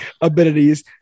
abilities